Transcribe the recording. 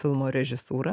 filmo režisūrą